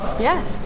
Yes